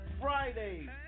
Fridays